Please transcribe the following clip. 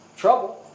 trouble